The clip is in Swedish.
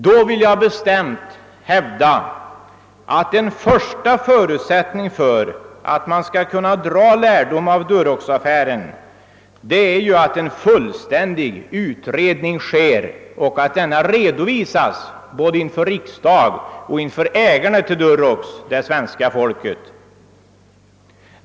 Då vill jag bestämt hävda, att en första förutsättning för att man skall kunna dra lärdom av Duroxaffären är att en fullständig utredning sker och att denna redovisas både inför riksdagen och inför ägarna av Durox, det svenska folket.